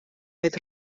oedd